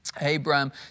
Abraham